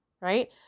right